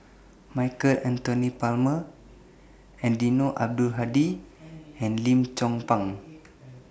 Michael Anthony Palmer Eddino Abdul Hadi and Lim Chong Pang